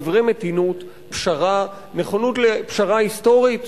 דברי מתינות, פשרה, נכונות לפשרה היסטורית?